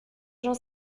jean